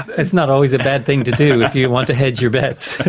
it's not always a bad thing to do and if you want to hedge your bets.